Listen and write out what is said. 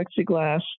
plexiglass